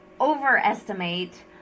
overestimate